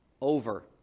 over